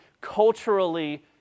culturally